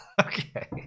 Okay